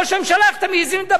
איך אתם מעזים לדבר נגדי?